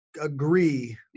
agree